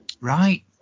Right